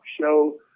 show